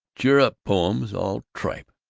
cheer-up poems. all tripe!